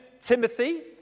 Timothy